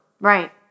Right